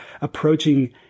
approaching